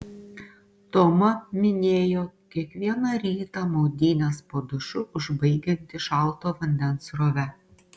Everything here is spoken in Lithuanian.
toma minėjo kiekvieną rytą maudynes po dušu užbaigianti šalto vandens srove